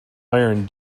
iron